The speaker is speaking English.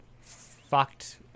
fucked